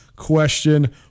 Question